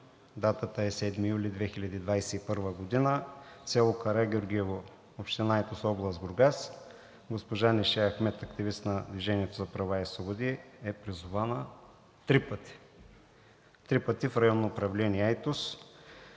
Датата е 7 юли 2021 г., село Карагеоргиево, община Айтос, област Бургас. Госпожа Неше Ахмед – активист на „Движение за права и свободи“, е призована три пъти в Районно управление – Айтос,